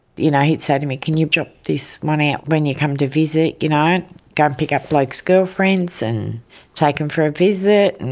you know, he'd say to me, can you drop this one out when you come to visit? i'd go and pick up blokes' girlfriends and take them for a visit.